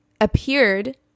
appeared